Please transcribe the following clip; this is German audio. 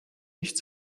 nicht